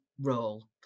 role